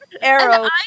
arrow